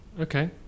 Okay